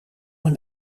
een